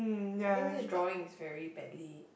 I think this drawing is very badly